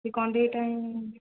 କି କଣ୍ଢେଇଟା ହିଁ